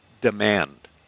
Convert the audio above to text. demand